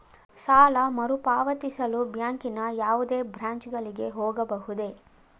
ಸಾಲ ಮರುಪಾವತಿಸಲು ಬ್ಯಾಂಕಿನ ಯಾವುದೇ ಬ್ರಾಂಚ್ ಗಳಿಗೆ ಹೋಗಬಹುದೇ?